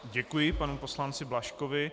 Děkuji panu poslanci Blažkovi.